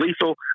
lethal